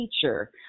teacher